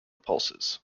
pulses